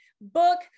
book